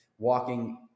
walking